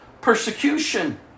persecution